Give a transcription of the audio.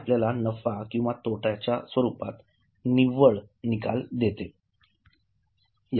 ते आपल्याला नफा किंवा तोटयाच्या स्वरूपात निव्वळ निकाल देते